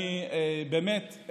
אני באמת,